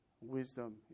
wisdom